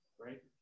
right